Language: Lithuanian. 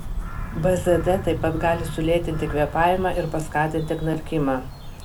bzd taip pat gali sulėtinti kvėpavimą ir paskatinti knarkimą